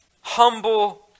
humble